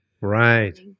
right